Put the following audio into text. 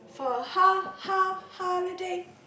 for ha ha holiday